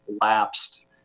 lapsed